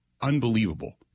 unbelievable